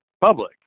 public